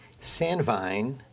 Sandvine